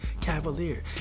Cavalier